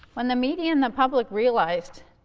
when the media and the public realized,